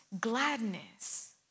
gladness